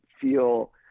feel